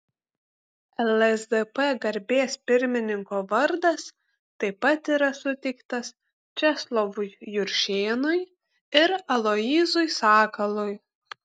lsdp garbės pirmininko vardas taip pat yra suteiktas česlovui juršėnui ir aloyzui sakalui